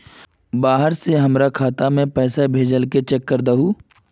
बाहर से हमरा खाता में पैसा भेजलके चेक कर दहु?